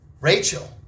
Rachel